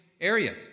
area